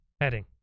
heading